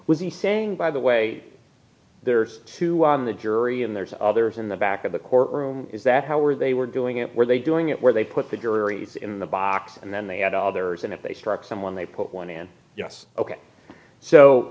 the saying by the way there's two on the jury and there's others in the back of the court room is that how were they were doing it were they doing it where they put the juries in the box and then they had others and if they struck someone they put one in yes ok so